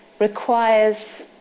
requires